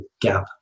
gap